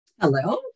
Hello